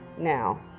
now